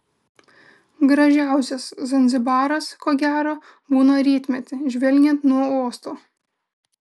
gražiausias zanzibaras ko gero būna rytmetį žvelgiant nuo uosto